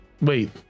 Wait